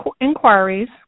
inquiries